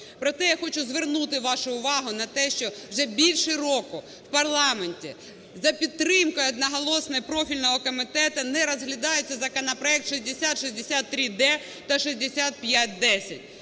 Проте я хочу звернути вашу увагу на те, що вже більше року в парламенті за підтримкою одноголосної профільного комітету не розглядається законопроект 6063-д та 6510.